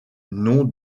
nom